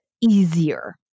easier